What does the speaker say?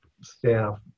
staff